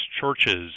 churches